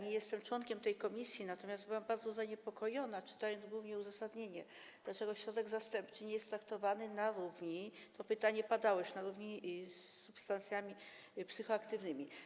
Nie jestem członkiem tej komisji, natomiast byłam bardzo zaniepokojona, czytając głównie uzasadnienie, tym, dlaczego środek zastępczy nie jest traktowany na równi - to pytanie padło już - z substancjami psychoaktywnymi.